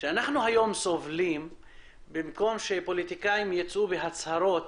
שאנחנו היום סובלים במקום שפוליטיקאים יצאו בהצהרות